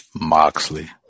Moxley